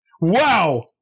Wow